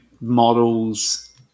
models